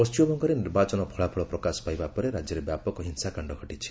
ପଶ୍ଚିମବଙ୍ଗରେ ନିର୍ବାଚନ ଫଳାଫଳ ପ୍ରକାଶ ପାଇବା ପରେ ରାଜ୍ୟରେ ବ୍ୟାପକ ହିଂସାକାଣ୍ଡ ଘଟିଛି